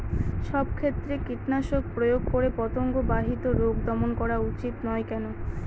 সব ক্ষেত্রে কীটনাশক প্রয়োগ করে পতঙ্গ বাহিত রোগ দমন করা উচিৎ নয় কেন?